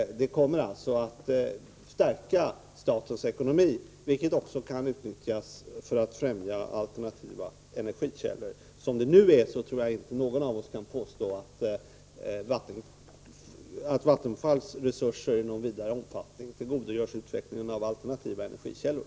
Det kommer alltså att stärka statens ekonomi, vilket också kan utnyttjas för att främja alternativa energikällor. Som det nu är tror jag inte någon av oss kan påstå att Vattenfalls resurser i någon vidare omfattning tillgodogörs i utvecklingen av alternativa energikällor.